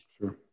Sure